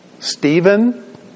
Stephen